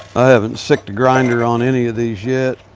i haven't sicced a grinder on any of these yet.